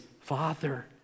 Father